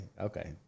okay